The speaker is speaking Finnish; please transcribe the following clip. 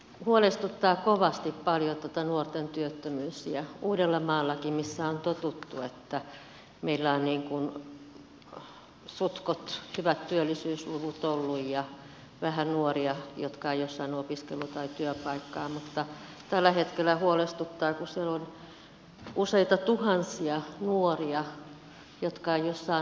huolestuttaa kovasti paljon tuo nuorten työttömyys ja uudellamaallakin missä on totuttu että meillä on suhtkoht hyvät työllisyysluvut olleet ja vähän nuoria jotka eivät ole saaneet opiskelu tai työpaikkaa tällä hetkellä huolestuttaa kun siellä on useita tuhansia nuoria jotka eivät ole saaneet työtä